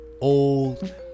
old